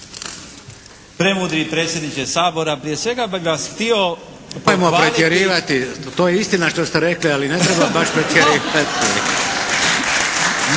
Premudri predsjedniče Sabora, prije svega bih vas htio